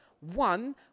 one